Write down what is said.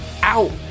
out